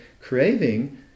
craving